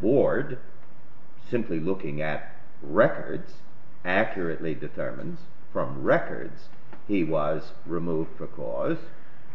board simply looking at records accurately determines from records he was removed for cause